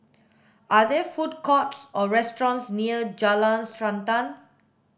are there food courts or restaurants near Jalan Srantan